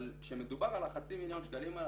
אבל כשמדובר על החצי מיליון שקלים האלה